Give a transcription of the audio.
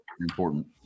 important